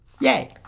Yay